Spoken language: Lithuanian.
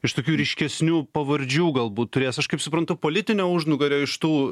iš tokių ryškesnių pavardžių galbūt turės aš kaip suprantu politinio užnugario iš tų